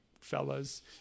fellas